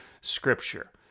scripture